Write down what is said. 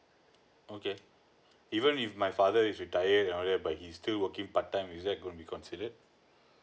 okay even if my father is retired and all that but he's still working part time is that going to be considered